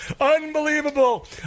unbelievable